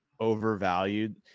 overvalued